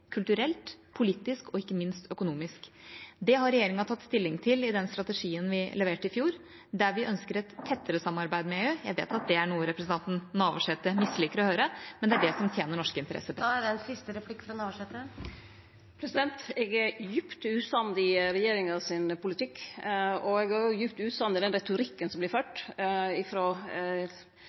kulturelt, politisk og ikke minst økonomisk. Det har regjeringa tatt stilling til i den strategien vi leverte i fjor, der vi ønsker et tettere samarbeid med EU. Jeg vet at det er noe representanten Navarsete misliker å høre, men det er det som tjener norske interesser best. Eg er djupt usamd i regjeringa sin politikk, og eg er òg djupt usamd i